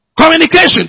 Communication